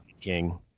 King